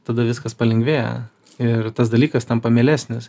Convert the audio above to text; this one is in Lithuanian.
tada viskas palengvėja ir tas dalykas tampa mielesnis